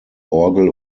orgel